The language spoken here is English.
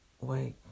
Wait